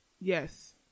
Yes